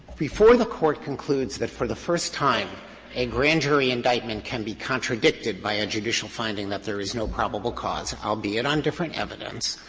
before the court concludes that for the first time a grand jury indictment can be contradicted by a judicial finding that there is no probable cause, albeit on different evidence,